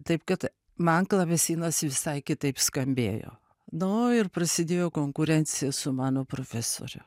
taip kad man klavesinas visai kitaip skambėjo nu ir prasidėjo konkurencija su mano profesore